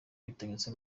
bitanyuze